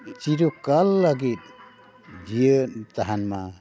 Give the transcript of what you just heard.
ᱪᱤᱨᱚᱠᱟᱞ ᱞᱟᱹᱜᱤᱫ ᱡᱤᱭᱟᱹᱲ ᱛᱟᱦᱮᱱ ᱢᱟ